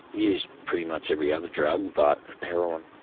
used pretty much every other drug but heroin